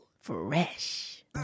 Fresh